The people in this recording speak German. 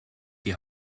die